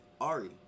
Ari